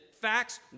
facts